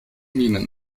minen